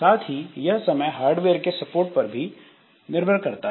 साथ ही यह समय हार्डवेयर के सपोर्ट पर भी निर्भर रहता है